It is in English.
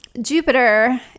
Jupiter